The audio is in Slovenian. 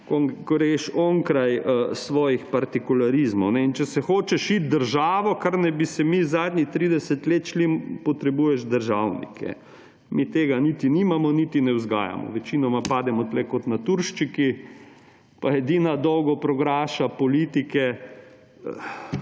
ko greš onkraj svojih partikularizmov. In če se hočeš iti državo, kar naj bi se mi zadnjih 30 let šli, potrebuješ državnike. Mi tega niti nimamo niti ne vzgajamo. Večinoma pademo tukaj kot naturščiki in edina dolgoprogaša politike